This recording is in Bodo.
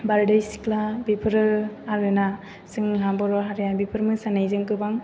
बारदै सिख्ला बेफोरो आरोना जोंहा बर' हारिया बेफोर मोसानायजों गोबां